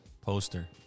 poster